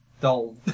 doll